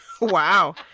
wow